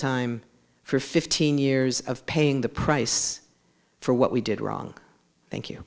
time for fifteen years of paying the price for what we did wrong thank you